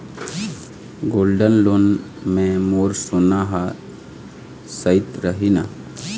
Gold loan मे मोर सोना हा सइत रही न?